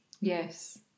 Yes